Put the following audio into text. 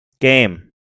game